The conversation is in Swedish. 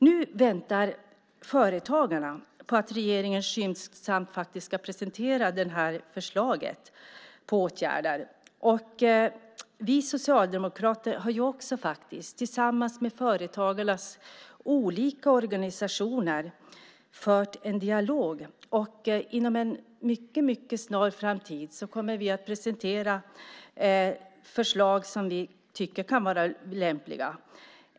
Nu väntar företagarna på att regeringen skyndsamt ska presentera förslaget på åtgärder. Vi socialdemokrater har tillsammans med företagarnas olika organisationer fört en dialog. Inom en mycket snar framtid kommer vi att presentera förslag som vi tycker kan vara lämpliga.